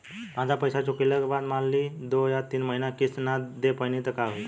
आधा पईसा चुकइला के बाद मान ली दो या तीन महिना किश्त ना दे पैनी त का होई?